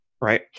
right